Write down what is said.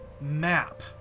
map